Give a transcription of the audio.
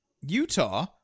Utah